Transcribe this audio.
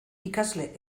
ikasle